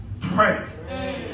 pray